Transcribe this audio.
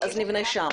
נבנה שם.